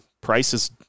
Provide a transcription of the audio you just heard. Prices